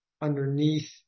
underneath